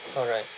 correct